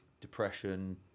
Depression